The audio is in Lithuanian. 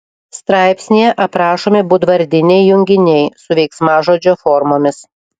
straipsnyje aprašomi būdvardiniai junginiai su veiksmažodžio formomis